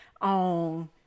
on